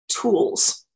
tools